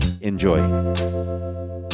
Enjoy